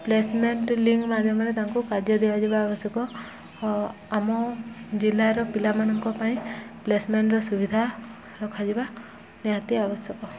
placement link ମାଧ୍ୟମରେ ତାଙ୍କୁ କାର୍ଯ୍ୟ ଦିଆଯିବା ଆବଶ୍ୟକ ଆମ ଜିଲ୍ଲାର ପିଲାମାନଙ୍କ ପାଇଁ ପ୍ଲେସ୍ମେଣ୍ଟର ସୁବିଧା ରଖାଯିବା ନିହାତି ଆବଶ୍ୟକ